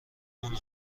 اون